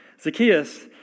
Zacchaeus